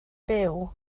byw